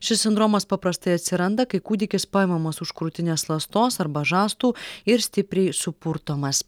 šis sindromas paprastai atsiranda kai kūdikis paimamas už krūtinės ląstos arba žastų ir stipriai supurtomas